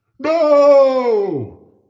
No